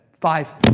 five